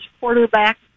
quarterback